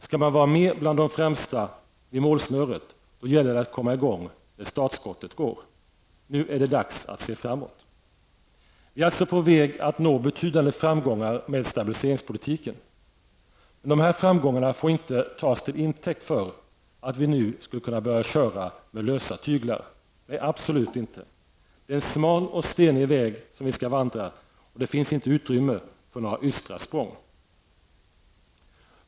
Skall man vara med bland de främsta vid målsnöret, så gäller det att komma i gång när skottet går. Det är dags att se framåt. Vi är alltså på väg att nå betydande framgångar med stabiliseringspolitiken. Dessa framgångar får inte tas till intäkt för att vi nu skall kunna börja köra med lösa tyglar. Nej, absolut inte. Det är en smal och stenig väg som vi ska vandra och det finns inte utrymme för några ystra språng.